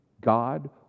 God